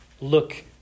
look